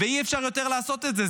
ואי-אפשר יותר לעשות את זה.